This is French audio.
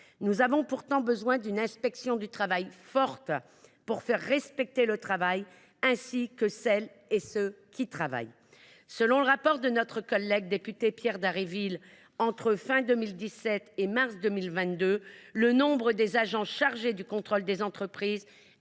Nous avons pourtant besoin d’une inspection du travail forte, pour faire respecter le travail, ainsi que celles et ceux qui travaillent. Selon le rapport de notre collègue député Pierre Dharréville, entre la fin 2017 et le mois de mars 2022, les agents chargés du contrôle des entreprises